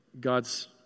God's